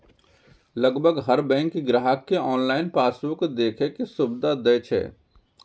लगभग हर बैंक ग्राहक कें ऑनलाइन पासबुक देखै के सुविधा दै छै